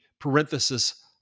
parenthesis